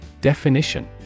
Definition